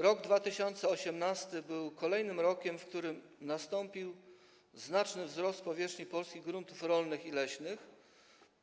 Rok 2018 był kolejnym rokiem, w którym nastąpił znaczny wzrost w przypadku powierzchni polskich gruntów rolnych i leśnych